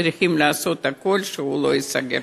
צריכים לעשות הכול כדי שהיא לא תיסגר.